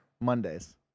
Mondays